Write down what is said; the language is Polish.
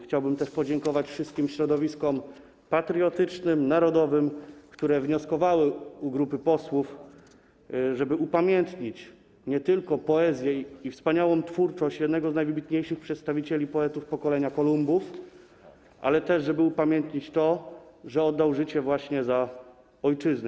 Chciałbym też podziękować wszystkim środowiskom patriotycznym, narodowym, które wnioskowały do grupy posłów, żeby upamiętnić nie tylko poezję i wspaniałą twórczość jednego z najwybitniejszych przedstawicieli poetów pokolenia Kolumbów, ale też żeby upamiętnić to, że oddał życie właśnie za ojczyznę.